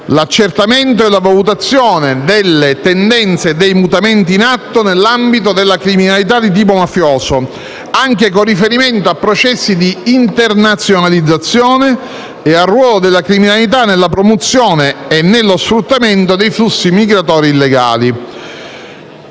l'accertamento e la valutazione delle tendenze dei mutamenti in atto nell'ambito della criminalità di tipo mafioso, anche con riferimento a processi di internazionalizzazione e al ruolo della criminalità nella promozione e nello sfruttamento dei flussi migratori illegali.